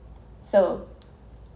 so